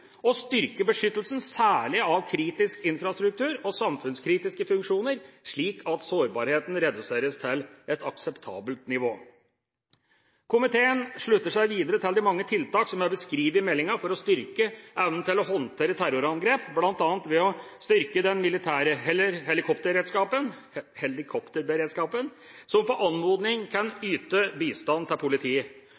å styrke beskyttelsen, særlig av kritisk infrastruktur og samfunnskritiske funksjoner, slik at sårbarheten reduseres til et akseptabelt nivå Komiteen slutter seg videre til de mange tiltak som er beskrevet i meldingen, for å styrke evnen til å håndtere terrorangrep, bl.a. ved å styrke den militære helikopterberedskapen, som på anmodning kan